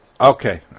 Okay